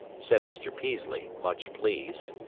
said mr. peaslee, much pleased.